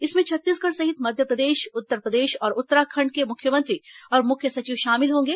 इसमें छत्तीसगढ़ सहित मध्यप्रदेश उत्तरप्रदेश और उत्तराखण्ड के मुख्यमंत्री और मुख्य सचिव शामिल होंगे